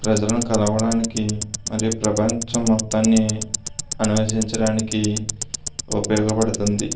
ప్రజలను కలవడానికి మరియు ప్రపంచం మొత్తాన్ని అనువదించడానికి ఉపయోగపడుతుంది